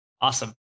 Awesome